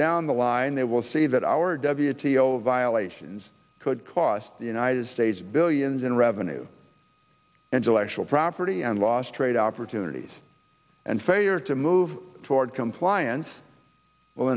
down the line they will see that our w a t l violations could cost the united states billions in revenue until actual property and loss trade opportunities and failure to move toward compliance will